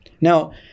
Now